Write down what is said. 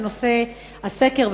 בנושא הסקר,